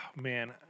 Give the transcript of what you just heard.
man